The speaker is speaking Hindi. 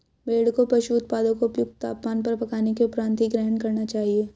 भेड़ को पशु उत्पादों को उपयुक्त तापमान पर पकाने के उपरांत ही ग्रहण करना चाहिए